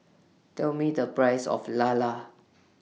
Tell Me The Price of Lala